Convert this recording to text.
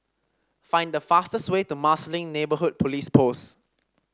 find the fastest way to Marsiling Neighbourhood Police Post